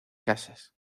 casas